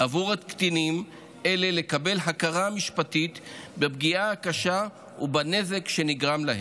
בעבור קטינים אלה לקבל הכרה משפטית בפגיעה הקשה ובנזק שנגרם להם.